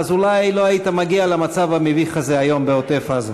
אולי לא היית מגיע למצב המביך הזה היום בעוטף-עזה.